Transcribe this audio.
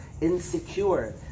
insecure